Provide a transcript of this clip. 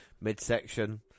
midsection